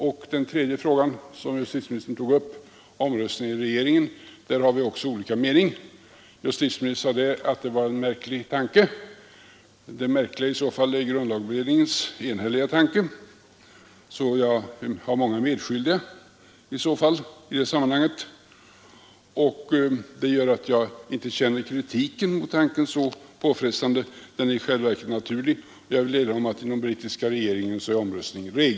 I den fråga som justitieministern sedan tog upp, omröstningen i regeringen, har vi också olika mening. Justitieministern sade att det var en märklig tanke. Det märkliga är i så fall grundlagberedningens enhälliga tanke; jag har alltså många medskyldiga i det sammanhanget. Det gör att jag inte känner kritiken så påfrestande. Det är i själva verket en naturlig tanke, och jag vill erinra om att i den brittiska regeringen är omröstning